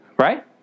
Right